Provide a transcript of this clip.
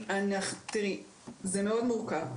זה מאוד מורכב.